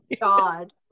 God